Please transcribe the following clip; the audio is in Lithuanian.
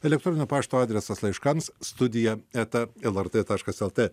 elektroninio pašto adresas laiškams studija eta lrt taškas lt